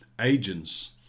agents